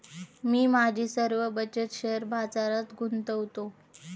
मी माझी सर्व बचत शेअर बाजारात गुंतवतो